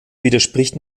widerspricht